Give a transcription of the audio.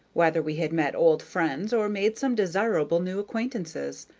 whether we had met old friends or made some desirable new acquaintances.